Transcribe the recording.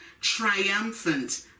triumphant